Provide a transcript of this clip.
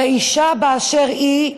הרי אישה באשר היא,